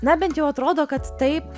na bent jau atrodo kad taip